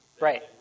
Right